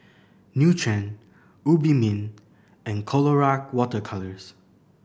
Nutren Obimin and Colora Water Colours